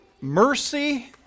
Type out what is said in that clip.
Mercy